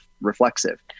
reflexive